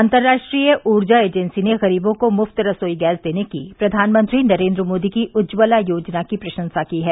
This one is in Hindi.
अंतर्राष्ट्रीय ऊर्जा एजेंसी ने गरीबों को मुफ्त रसोई गैस देने की प्रधानमंत्री नरेन्द्र मोदी की उज्ज्वला योजना की प्रशंसा की है